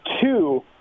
two